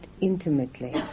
intimately